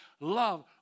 love